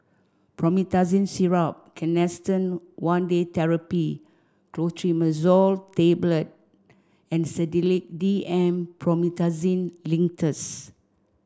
Promethazine Syrup Canesten One Day Therapy Clotrimazole Tablet and Sedilix D M Promethazine Linctus